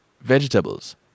vegetables